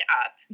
up